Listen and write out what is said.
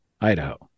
Idaho